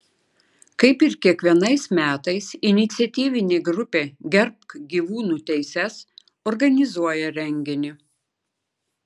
kaip ir kiekvienais metais iniciatyvinė grupė gerbk gyvūnų teises organizuoja renginį